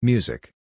Music